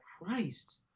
Christ